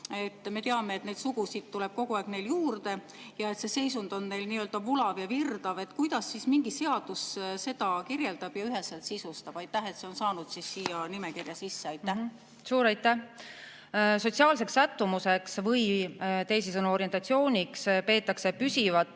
Me teame, et sugusid tuleb kogu aeg neil juurde ja see seisund on neil nii-öelda vulav ja virdav. Kuidas siis mingi seadus seda kirjeldab ja üheselt sisustab, et see on saanud siia nimekirja sisse? Suur aitäh! Sotsiaalseks sättumuseks, teisisõnu, orientatsiooniks peetakse püsivat